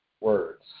words